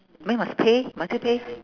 then must pay must you pay